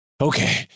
Okay